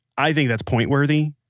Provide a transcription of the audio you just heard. i think that's point-worthy.